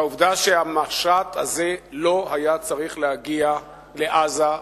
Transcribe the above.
והעובדה שהמשט הזה לא היה צריך להגיע לעזה,